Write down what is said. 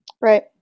right